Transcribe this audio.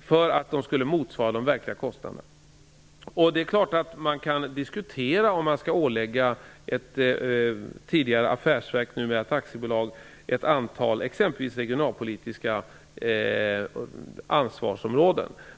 för att det skulle motsvara kostnaderna. Det är klart att man kan diskutera om man skall ålägga ett tidigare affärsverk, numera ett aktiebolag, exempelvis ett regionalpolitiskt ansvar.